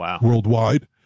worldwide